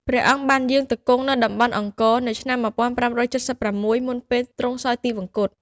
ព្រះអង្គបានយាងទៅគង់នៅតំបន់អង្គរនៅឆ្នាំ ១៥៧៦ មុនពេលទ្រង់សោយទិវង្គត។